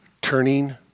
Turning